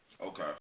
Okay